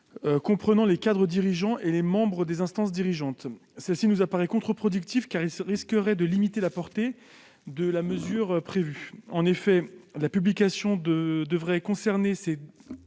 comprenant les cadres dirigeants et les membres des instances dirigeantes. Cette notion nous paraît contre-productive, car elle risquerait de limiter la portée de la mesure prévue. En effet, la publication devrait concerner deux